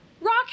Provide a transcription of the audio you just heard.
rock